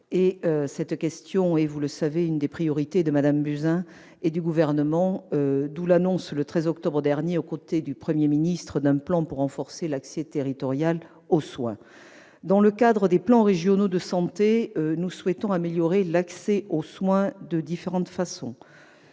Cette question est, vous le savez, l'une des priorités de Mme Buzyn, qui a annoncé, le 13 octobre dernier, aux côtés du Premier ministre, un plan pour renforcer l'accès territorial aux soins. Dans le cadre des plans régionaux de santé, nous souhaitons améliorer l'accès aux soins de différentes façons.